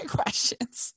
questions